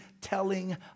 telling